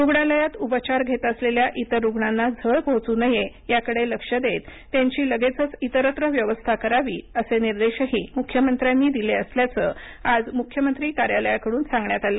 रुग्णालयात उपचार घेत असलेल्या इतर रुग्णांना झळ पोहचू नये याकडे लक्ष देत त्यांची लगेचच इतरत्र व्यवस्था करावी असे निर्देशही मुख्यमंत्र्यांनी दिले असल्याचं आज मुख्यमंत्री कार्यालयाकडून सांगण्यात आलं